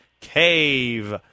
Cave